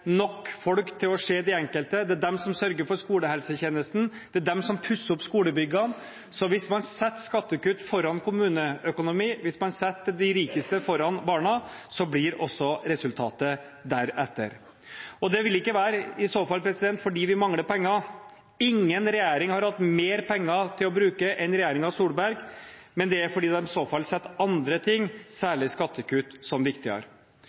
nok folk til å se de enkelte. Det er de som sørger for skolehelsetjenesten, det er de som pusser opp skolebyggene. Så hvis man setter skattekutt foran kommuneøkonomi, hvis man setter de rikeste foran barna, blir resultatet deretter. Det vil i så fall ikke være fordi vi mangler penger. Ingen regjering har hatt mer penger å bruke enn regjeringen Solberg, men det er i så fall fordi de setter andre ting, særlig skattekutt, høyere. For Arbeiderpartiet er det knapt noen oppgave som er viktigere